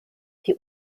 die